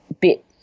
bit